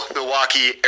Milwaukee